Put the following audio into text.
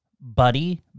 Buddy